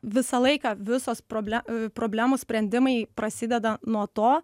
visą laiką visos proble problemų sprendimai prasideda nuo to